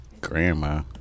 grandma